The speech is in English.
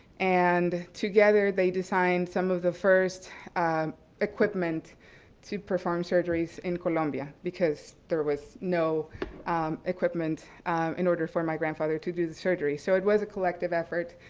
and together they designed some of the first equipment to perform surgeries in columbia because there was no equipment in order for my grandfather to do the surgery. so it was a collective effort.